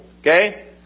okay